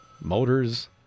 Motors